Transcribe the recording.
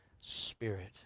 spirit